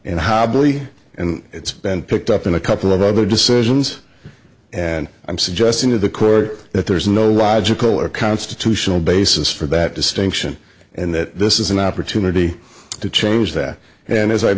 hobley and it's been picked up in a couple of other decisions and i'm suggesting to the court that there is no logical or constitutional basis for that distinction and that this is an opportunity to change that and as i